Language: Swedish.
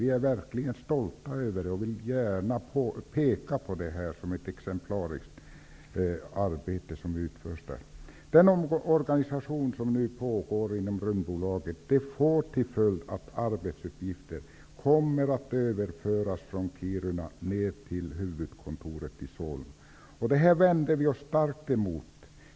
Vi är verkligen stolta över det och vill gärna peka på att det är ett exemplariskt arbete som utförs där. Den omorganisation som nu pågår inom Rymdbolaget får till följd att arbetsuppgifter kommer att överföras från Kiruna till huvudkontoret i Solna. Detta vänder vi oss starkt emot.